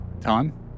time